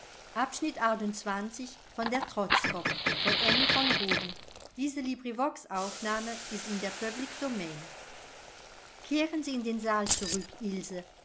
kehren sie in den saal zurück